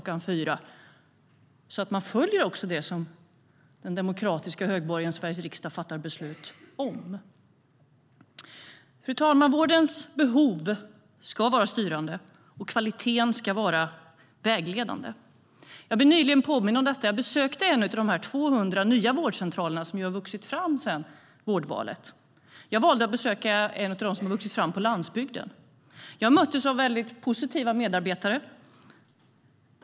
16.00 så att man följer det som den demokratiska högborgen Sveriges riksdag fattar beslut om. Jag möttes av väldigt positiva medarbetare.